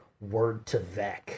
word-to-vec